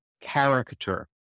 character